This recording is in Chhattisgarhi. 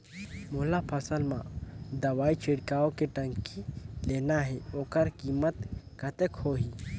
मोला फसल मां दवाई छिड़काव के टंकी लेना हे ओकर कीमत कतेक होही?